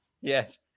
Yes